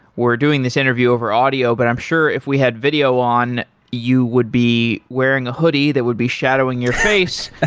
we're doing this interview over audio, but i'm sure if we had video on you would be wearing a hoodie that would be shadowing your face.